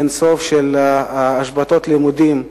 לאין-סוף השבתות לימודים.